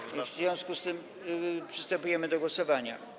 W związku z tym przystępujemy do głosowania.